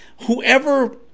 whoever